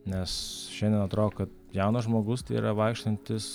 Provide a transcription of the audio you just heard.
nes šiandien atrodo kad jaunas žmogus tai yra vaikštantis